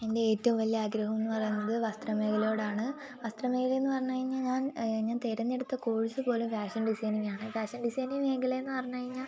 എൻ്റെ ഏറ്റവും വലിയ ആഗ്രഹം എന്നു പറയുന്നത് വസ്ത്രമേഖലയോടാണ് വസ്ത്രമേഖലയെന്ന് പറഞ്ഞു കഴിഞ്ഞാൽ ഞാൻ ഞാൻ തിരഞ്ഞെടുത്ത കോഴ്സ് പോലും ഫാഷൻ ഡിസൈനിംങ്ങാണ് ഫാഷൻ ഡിസൈനിംങ്ങ് മേഖലയെന്ന് പറഞ്ഞു കഴിഞ്ഞാൽ